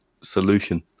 solution